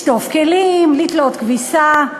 לשטוף כלים, לתלות כביסה.